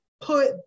put